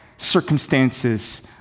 Circumstances